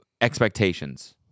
expectations